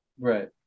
Right